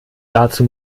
dazu